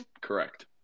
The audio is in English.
Correct